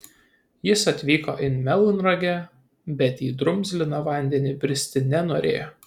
jis atvyko į melnragę bet į drumzliną vandenį bristi nenorėjo